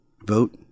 vote